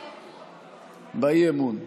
באי-אמון?